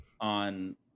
on